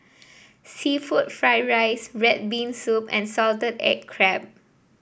seafood Fried Rice red bean soup and Salted Egg Crab